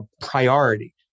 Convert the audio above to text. priority